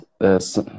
yes